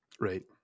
Right